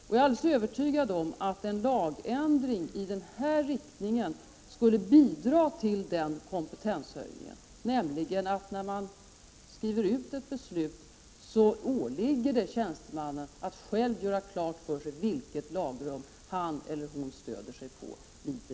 Jag är alldeles övertygad om att det skulle bidra till en kompetenshöjning om man genomförde en lagändring i den riktning som föreslås i reservation 1, nämligen att när en myndighet skriver ut ett beslut åligger det tjänstemannen att själv göra klart för sig vilket lagrum han eller hon stöder sig på i beslutet.